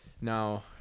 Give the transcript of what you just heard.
Now